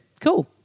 Cool